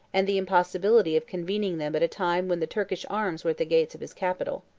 and the impossibility of convening them at a time when the turkish arms were at the gates of his capital.